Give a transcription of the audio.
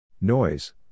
Noise